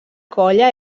colla